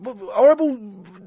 horrible